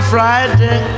Friday